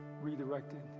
redirected